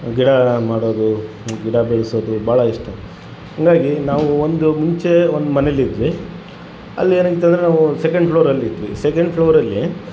ಗಿಡ ಮಾಡೋದು ಗಿಡ ಬೆಳೆಸೋದು ಭಾಳ ಇಷ್ಟ ಹಂಗಾಗಿ ನಾವು ಒಂದು ಮುಂಚೆ ಒಂದು ಮನೇಲಿ ಇದ್ವಿ ಅಲ್ಲೆನೈತ್ ಅಂದರೆ ನಾವು ಸೆಕೆಂಡ್ ಫ್ಲೋರ್ ಅಲ್ಲಿ ಇದ್ವಿ ಸೆಕೆಂಡ್ ಫ್ಲೋರಲ್ಲಿ